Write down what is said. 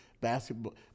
basketball